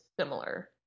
similar